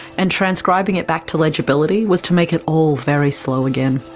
and transcribing it back to legibility was to make it all very slow again.